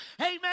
Amen